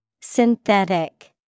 Synthetic